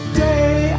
day